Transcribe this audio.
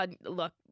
look